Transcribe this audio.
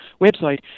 website